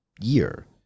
year